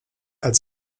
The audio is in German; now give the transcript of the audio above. als